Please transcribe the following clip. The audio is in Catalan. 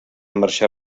marxar